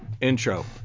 intro